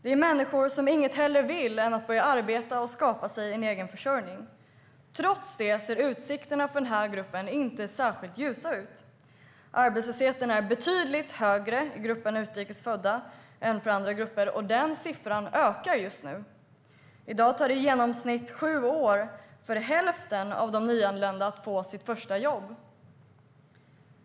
Det är människor som inget hellre vill än att börja arbeta och skapa sig en egen försörjning. Trots det ser utsikterna för den här gruppen inte särskilt ljusa ut. Arbetslösheten är betydligt högre i gruppen utrikes födda än i andra grupper, och den siffran ökar just nu. I dag tar det i genomsnitt sju år för hälften av de nyanlända att få sitt första jobb.